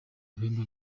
ibihembo